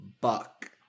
Buck